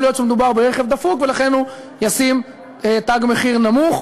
להיות שמדובר ברכב דפוק ולכן הוא ישים תג מחיר נמוך.